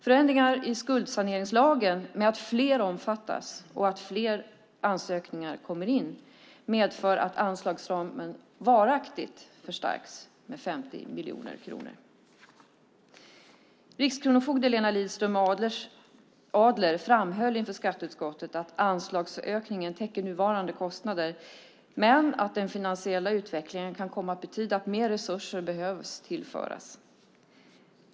Förändringar i skuldsaneringslagen som innebär att fler omfattas och att fler ansökningar därför kommer in medför att anslagsramen varaktigt förstärks med 50 miljoner kronor. Rikskronofogde Eva Liedström Adler framhöll inför skatteutskottet att anslagsökningen täcker nuvarande kostnader men att den finansiella utvecklingen kan komma att betyda att mer resurser behöver tillföras.